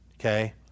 okay